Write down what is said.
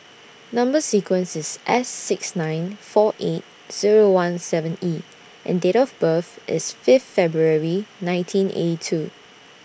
Number sequence IS S six nine four eight Zero one seven E and Date of birth IS Fifth February nineteen eighty two